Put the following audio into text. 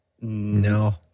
No